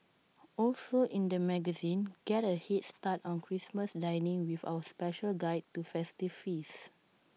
also in the magazine get A Head start on Christmas dining with our special guide to festive feasts